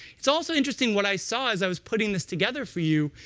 it's also interesting what i saw as i was putting this together for you.